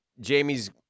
Jamie's